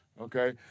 okay